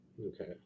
Okay